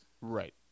Right